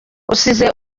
usize